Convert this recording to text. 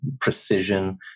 precision